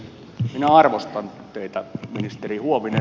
minä arvostan teitä ministeri huovinen